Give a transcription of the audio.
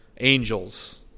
angels